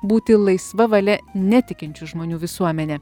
būti laisva valia netikinčių žmonių visuomenė